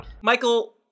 Michael